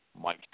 Mike